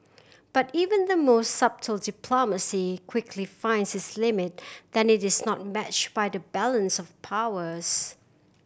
but even the most subtle diplomacy quickly finds its limit that it is not matched by the balance of powers